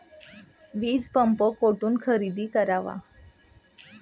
वीजपंप कुठून खरेदी करावा?